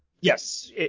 Yes